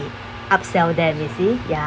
up sell them you see ya